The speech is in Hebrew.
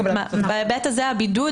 בהיבט הזה הבידוד,